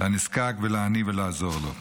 לנזקק ולעני ולעזור לו.